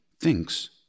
thinks